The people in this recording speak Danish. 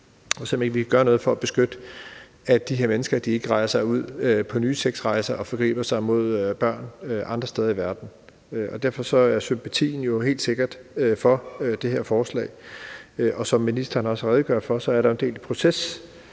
om ikke vi kan gøre noget for at sikre, at de her mennesker ikke rejser ud på nye sexrejser og forgriber sig mod børn andre steder i verden. Og derfor er sympatien jo helt sikkert for det her forslag. Som ministeren også redegjorde for, er der jo en proces